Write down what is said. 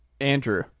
Andrew